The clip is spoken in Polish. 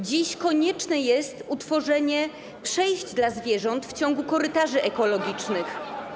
Dziś konieczne jest utworzenie przejść dla zwierząt w ciągu korytarzy ekologicznych.